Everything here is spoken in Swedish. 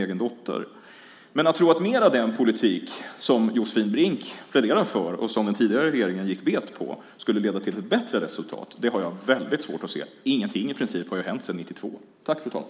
Jag har väldigt svårt att tro att mer av den politik som Josefin Brink pläderar för, och som den tidigare regeringen gick bet på, skulle leda till ett bättre resultat. Ingenting har i princip hänt sedan 1992.